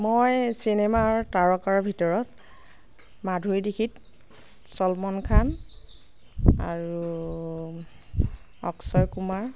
মই চিনেমাৰ তাৰকাৰ ভিতৰত মাধুৰী দিক্ষিত চলমান খান আৰু অক্ষয় কুমাৰ